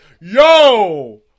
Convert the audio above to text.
yo